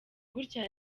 gutya